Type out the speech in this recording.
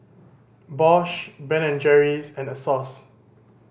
Bosch Ben and Jerry's and Asos